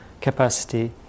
capacity